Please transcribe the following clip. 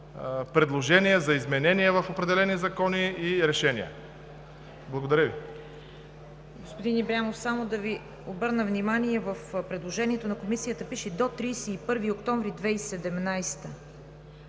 предложения за изменения в определени закони и решения. Благодаря.